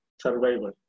survival